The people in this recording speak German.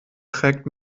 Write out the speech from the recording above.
trägt